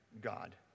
God